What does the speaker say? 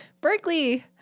Berkeley